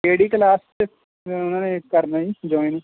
ਕਿਹੜੀ ਕਲਾਸ 'ਚ ਉਹਨਾਂ ਨੇ ਕਰਨਾ ਜੀ ਜੌਇਨ